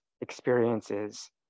experiences